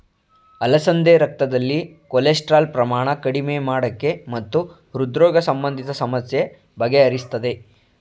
ಅಲಸಂದೆ ರಕ್ತದಲ್ಲಿ ಕೊಲೆಸ್ಟ್ರಾಲ್ ಪ್ರಮಾಣ ಕಡಿಮೆ ಮಾಡಕೆ ಮತ್ತು ಹೃದ್ರೋಗ ಸಂಬಂಧಿತ ಸಮಸ್ಯೆ ಬಗೆಹರಿಸ್ತದೆ